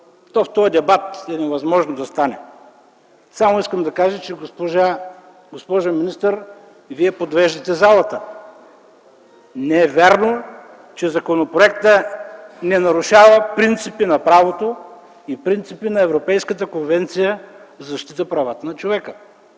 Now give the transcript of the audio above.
в този дебат е невъзможно да стане. Искам да кажа, госпожо министър, Вие подвеждате залата. Не е вярно, че законопроектът не нарушава принципите на правото и принципите на Европейската конвенция за защита правата на човека.